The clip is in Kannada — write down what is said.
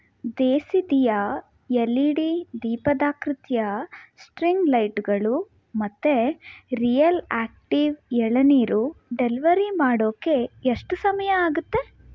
ದೇಸಿದಿಯಾ ಎಲ್ ಈ ಡಿ ದೀಪದಾಕೃತಿಯ ಸ್ಟ್ರಿಂಗ್ ಲೈಟುಗಳು ಮತ್ತು ರಿಯಲ್ ಆಕ್ಟೀವ್ ಎಳನೀರು ಡೆಲ್ವರಿ ಮಾಡೋಕ್ಕೆ ಎಷ್ಟು ಸಮಯ ಆಗುತ್ತೆ